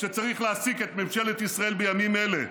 שצריך להעסיק את ממשלת ישראל בימים אלה,